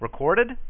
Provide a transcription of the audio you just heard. recorded